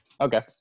Okay